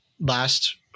last